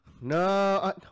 No